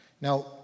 Now